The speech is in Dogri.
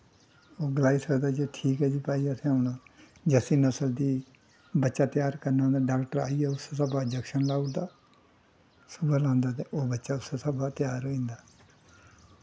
गलाई सकदा जे ठीक ऐ जे भाई असें हून जरसी नस्ल दी बच्चा त्यार करना तां डाक्टर उस्सै स्हाबै दा आइयै इंजैक्शन लाई ओड़दा लांदा ते ओह् बच्चा उस्सै स्हाबै दा बच्चा त्यार होई जंदा